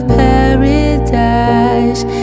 paradise